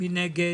מי נגד?